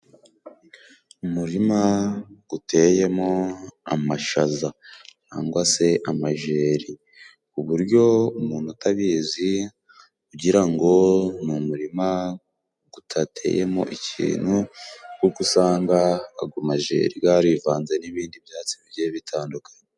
Umurima guteyemo amashaza cyangwa se amajeri, ku buryo umuntu utabizi ugira ngo n'umurima utateyemo ikintu, kuko usanga ago majeri garivanze n'ibindi byatsi bigiye bitandukanye.